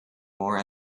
more